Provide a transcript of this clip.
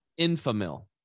Infamil